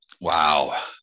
wow